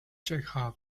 chekhov